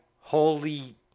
holy